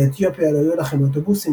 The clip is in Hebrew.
באתיופיה לא היו לכם אוטובוסים,